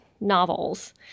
novels